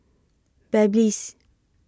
Babyliss